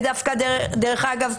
דרך אגב,